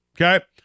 Okay